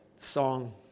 Song